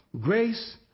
grace